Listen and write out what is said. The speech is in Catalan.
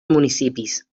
municipis